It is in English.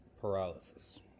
paralysis